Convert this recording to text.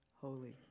holy